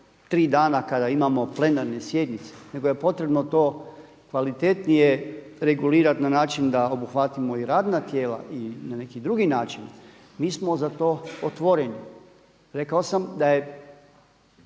tri dana kada imamo plenarne sjednice nego je to potrebno to kvalitetnije regulirati na način da obuhvatimo i radna tijela i na neki drugi način, mi smo za to otvoreni. Rekao sam da je